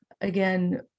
again